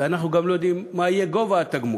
ואנחנו גם לא יודעים מה יהיה גובה התגמול.